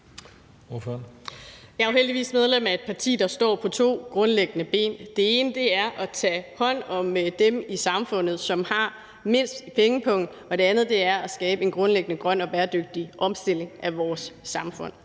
Jeg er jo heldigvis medlem af et parti, der grundlæggende står på to ben. Det ene er at tage hånd om dem i samfundet, som har mindst i pengepungen, og det andet er at skabe en grundlæggende grøn og bæredygtig omstilling af vores samfund.